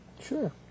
Sure